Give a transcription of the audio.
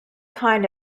kind